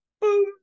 Boom